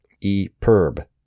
E-perb